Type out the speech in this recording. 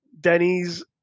denny's